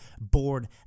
board